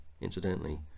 incidentally